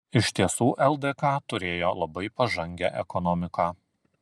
iš tiesų ldk turėjo labai pažangią ekonomiką